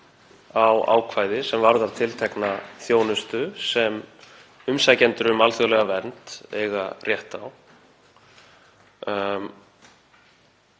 á ákvæði sem varðar tiltekna þjónustu sem umsækjendur um alþjóðlega vernd eiga rétt á.